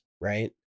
right